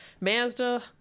Mazda